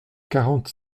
quarante